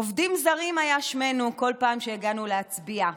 "עובדים זרים" היה שמנו בכל פעם שהגענו להצביע.